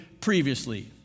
previously